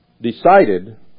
decided